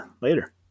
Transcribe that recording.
later